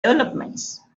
developments